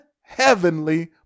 heavenly